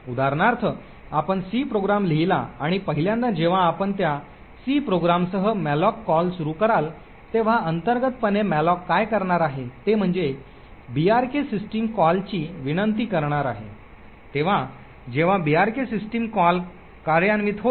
उदाहरणार्थ आपण C program लिहिला आणि पहिल्यांदा जेव्हा आपण त्या सी © प्रोग्रामसह मॅलोक कॉल सुरू कराल तेव्हा अंतर्गतपणे मॅलोक काय करणार आहे ते म्हणजे brk सिस्टम कॉलची विनंती करणार आहे तेव्हा जेव्हा brk सिस्टम कॉल कार्यान्वित होईल